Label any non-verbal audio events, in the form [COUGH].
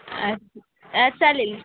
[UNINTELLIGIBLE] चालेल